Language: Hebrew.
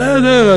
בסדר,